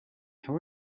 how